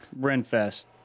RenFest